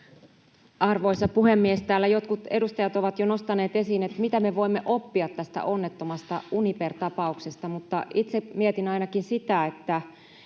Arvoisa puhemies! Täällä jotkut edustajat ovat jo nostaneet esiin, mitä me voimme oppia tästä onnettomasta Uniper-tapauksesta. Itse mietin ainakin sitä, että